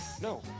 No